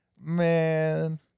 Man